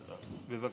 בבקשה.